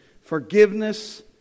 Forgiveness